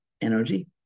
Energy